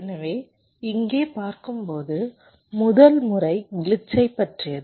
எனவே இங்கே பார்க்கப்போகும் முதல் முறை கிளிட்சைப் பற்றியது